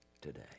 today